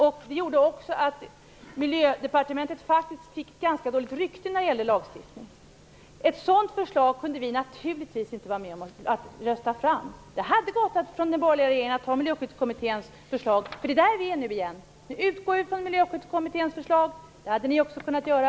Det ledde faktiskt också till att Miljödepartementet fick ganska dåligt rykte när det gäller lagstiftning. Ett sådant förslag kunde vi naturligtvis inte vara med om att rösta fram. Den borgerliga regeringen skulle ha kunnat använda Miljöskyddskommitténs förslag. Det är så det är nu igen. Vi utgår från Miljöskyddskommitténs förslag, och det hade ni också kunnat göra.